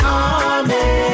army